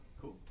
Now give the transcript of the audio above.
cool